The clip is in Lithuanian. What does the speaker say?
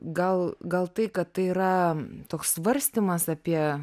gal gal tai kad tai yra toks svarstymas apie